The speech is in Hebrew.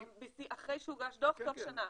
אחרי שהוגש דוח תוך שנה.